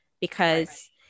because-